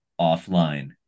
offline